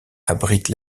abrite